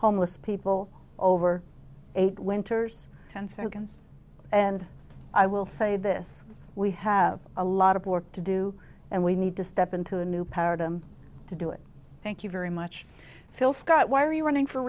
homeless people over eight winters ten seconds and i will say this we have a lot of work to do and we need to step into a new paradigm to do it thank you very much phil scott why are you running for